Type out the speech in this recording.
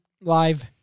live